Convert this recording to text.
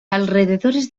alrededores